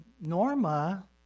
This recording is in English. Norma